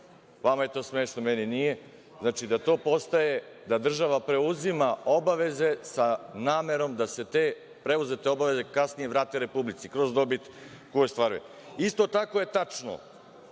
Vama je to smešno, meni nije. Znači, da država preuzima obaveze sa namerom da se te preuzete obaveze kasnije vrate Republici kroz dobit koju ostvaruje. Isto tako je tačno,